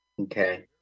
okay